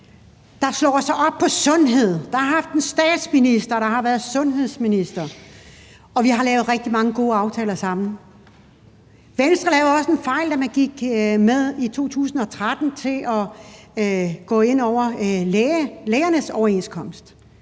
der slår sig op på sundhed, og som har haft en statsminister, der har været sundhedsminister, og vi har lavet rigtig mange gode aftaler sammen. Venstre lavede også en fejl, da man i 2013 gik med til at gå ind over lærernes overenskomst,